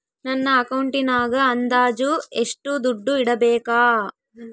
ನನ್ನ ಅಕೌಂಟಿನಾಗ ಅಂದಾಜು ಎಷ್ಟು ದುಡ್ಡು ಇಡಬೇಕಾ?